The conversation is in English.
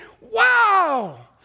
Wow